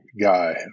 guy